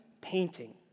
painting